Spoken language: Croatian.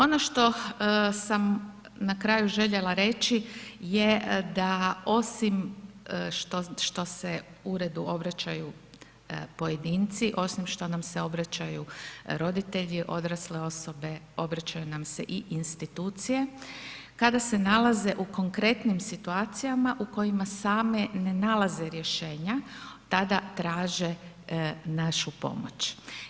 Ono što sam na kraju željela reći je da osim što se uredu obraćaju pojedinci, osim što nam se obraćaju roditelji, odrasle osobe, obraćaju nam se i institucije kada se nalaze u konkretnim situacijama u kojima same ne nalaze rješenja, tada traže našu pomoć.